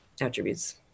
attributes